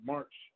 March